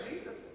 Jesus